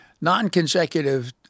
non-consecutive